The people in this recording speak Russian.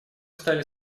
стали